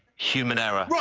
human error.